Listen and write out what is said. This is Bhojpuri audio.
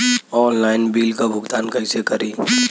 ऑनलाइन बिल क भुगतान कईसे करी?